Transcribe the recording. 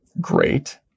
great